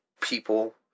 people